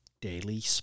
Daily